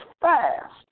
fast